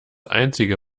einzige